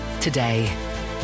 today